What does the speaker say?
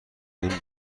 این